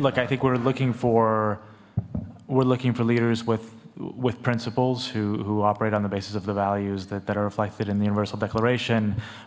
look i think we're looking for we're looking for leaders with with principals who operate on the basis of the values that are reflected in the universal declaration